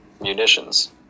munitions